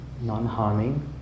non-harming